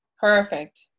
Perfect